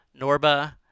Norba